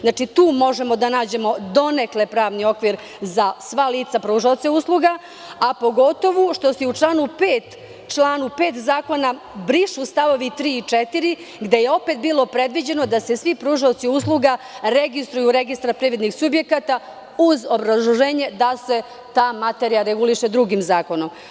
Znači, tu možemo da nađemo donekle pravni okvir za sva lica pružaoce usluga, a pogotovo što se i u članu 5. zakona brišu st. 3. i 4, gde je opet bilo predviđeno da se svi pružaoci usluga registruju u Registru privrednih subjekata, uz obrazloženje da se ta materija reguliše drugim zakonom.